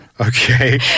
okay